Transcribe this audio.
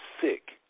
sick